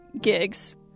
gigs